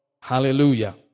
Hallelujah